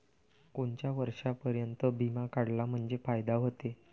कोनच्या वर्षापर्यंत बिमा काढला म्हंजे फायदा व्हते?